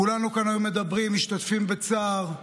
כולנו כאן היינו מדברים, משתתפים בצער,